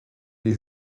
les